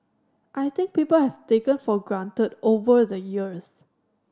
I think people have taken for granted over the years